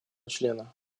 члена